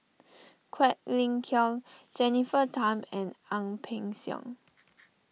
Quek Ling Kiong Jennifer Tham and Ang Peng Siong